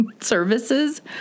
services